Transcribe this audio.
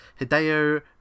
Hideo